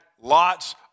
lots